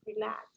relax